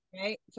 right